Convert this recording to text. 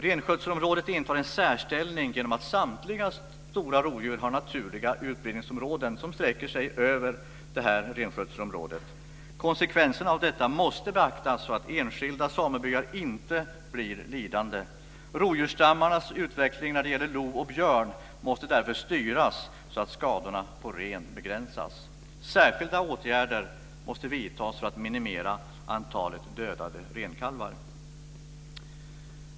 Renskötselområdet intar en särställning genom att samtliga stora rovdjur har naturliga utbredningsområden som sträcker sig över det. Konsekvenserna av detta måste beaktas så att enskilda samebyar inte blir lidande. Rovdjursstammarnas utveckling när det gäller lo och björn måste därför styras så att skadorna på ren begränsas. Särskilda åtgärder måste vidtas för att minimera antalet dödade renkalvar.